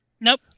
Nope